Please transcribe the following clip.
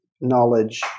knowledge